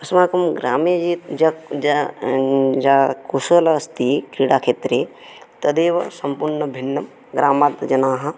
अस्माकं ग्रामे ये कुशलः अस्ति क्रीडाक्षेत्रे तदेव सम्पूर्णभिन्नं ग्रामात् जनाः